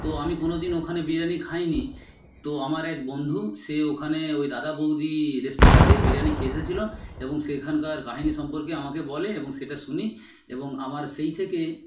তো আমি কোনোদিন ওখানে বিরিয়ানি খাইনি তো আমার এক বন্ধু সে ওখানে ওই দাদা বৌদি রেস্তরাঁতে বিরিয়ানি খেয়ে এসেছিল এবং সেখানকার কাহিনী সম্পর্কে আমাকে বলে এবং সেটা শুনি এবং আমার সেই থেকে